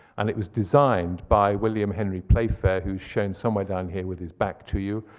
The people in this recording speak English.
and it was designed by william henry playfair, who's shown somewhere down here with his back to you.